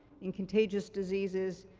in contagious diseases,